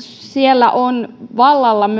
siellä on myöskin vallalla